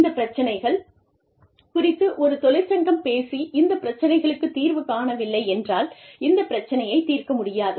இந்த பிரச்சனைகள் குறித்து ஒரு தொழிற்சங்கம் பேசி இந்த பிரச்சினைகளுக்குத் தீர்வு காணவில்லை என்றால் இந்த பிரச்சனையை தீர்க்க முடியாது